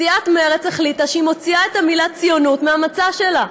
סיעת מרצ החליטה שהיא מוציאה את המילה "ציונות" מהמצע שלה.